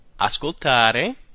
ascoltare